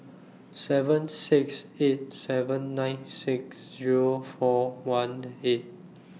seven six eight seven nine six Zero four one eight